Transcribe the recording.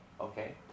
Okay